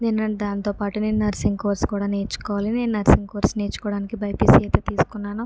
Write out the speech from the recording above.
నేను దాంతోపాటు నేను నర్సింగ్ కోర్స్ కూడా నేర్చుకోవాలి నేను నర్సింగ్ కోర్స్ నేర్చుకోవడానికి బైపీసీ అయితే తీసుకున్నాను